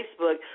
Facebook